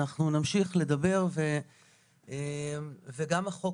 אנחנו נמשיך לדבר וגם החוק,